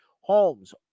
Holmes